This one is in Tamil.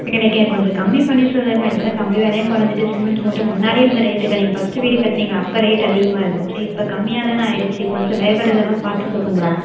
எனக்கு எனக் கொஞ்சம் கம்மி பண்ணி சொல்லுங்கள் இப்போ தான் கம்பி விலையும் குறஞ்சிட்டு சிமெண்ட் மூட்டை முன்னாடி இருந்த ரேட் தானேங்க ஃபர்ஸ்ட் வீடு கட்டுனீங்க அப்போ ரேட் அதிகமாக இருந்துச்சு இப்போ கம்மியாக தானே ஆயிடுச்சு கொஞ்சம் லேபர் இதெல்லாம் பார்த்து சொல்லுங்களேன்